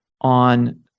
on